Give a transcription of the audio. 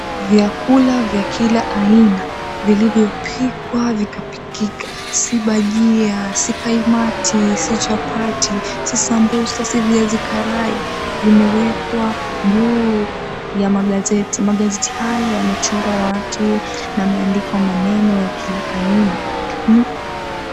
Vyakula vya kila aina vilivyopikwa vikapikika. Si bajia, si kaimati, si chapati, si sambusa, si viazi karai vimewekwa juu ya magazeti. Magazeti hayo yamechorwa watu na yameandikwa maneno ya kila aina.